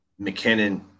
McKinnon